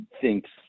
thinks